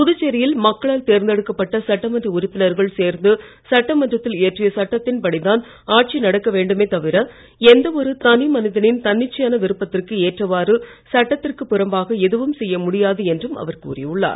புதுச்சேரியில் மக்களால் தேர்ந்தெடுக்கப்பட்ட சட்டமன்ற உறுப்பினர்கள் சேர்ந்து சட்டமன்றத்தில் இயற்றிய சட்டத்தின் படிதான் ஆட்சி நடக்க வேண்டுமே தவிர எந்தவொரு தனி மனிதனின் தன்னிச்சையான விருப்பத்திற்கு எற்றவாறு சட்டத்திற்கு புறம்பாக எதுவும் செய்ய முடியாது என்றும் அவர் கூறியுள்ளார்